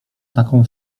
taką